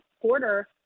quarter